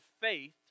faith